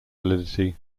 validity